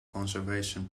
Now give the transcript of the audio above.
conservation